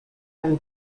from